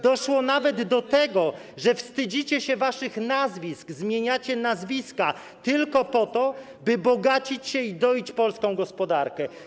Doszło nawet do tego, że wstydzicie się waszych nazwisk, zmieniacie nazwiska tylko po to, by bogacić się i doić polską gospodarkę.